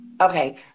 Okay